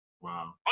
Wow